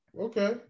okay